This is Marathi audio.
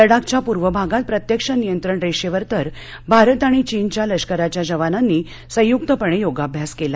लदाखच्या पूर्व भागात प्रत्यक्ष नियंत्रण रस्त्र तर भारत आणि चीनच्या लष्कराच्या जवानांनी संयुक्तपणयीगाभ्यास कला